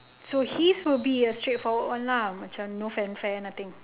so his will be a straightforward one lah macam no fanfare nothing